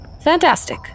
Fantastic